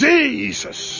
Jesus